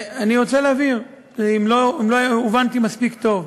אני רוצה להבהיר, אם לא הובנתי מספיק טוב,